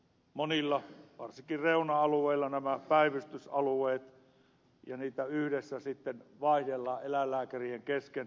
monilla varsinkin reuna alueilla näitä päivystysalueita yhdessä sitten vaihdellaan eläinlääkärien kesken lähikunnissa